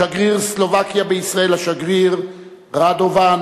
שגריר סלובקיה בישראל, השגריר רדובן